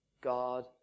God